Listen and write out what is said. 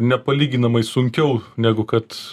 nepalyginamai sunkiau negu kad